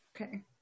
Okay